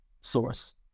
source